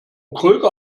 kröger